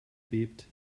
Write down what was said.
bebt